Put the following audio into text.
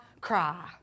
cry